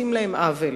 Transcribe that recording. עושים להם עוול.